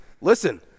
Listen